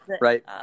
right